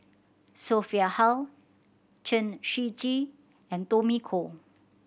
Sophia Hull Chen Shiji and Tommy Koh